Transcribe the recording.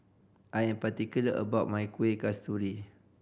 I am particular about my Kuih Kasturi